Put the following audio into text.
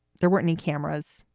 there weren't any cameras.